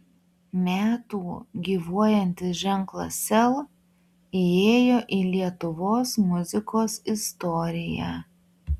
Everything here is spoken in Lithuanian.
metų gyvuojantis ženklas sel įėjo į lietuvos muzikos istoriją